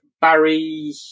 Barry